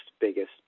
biggest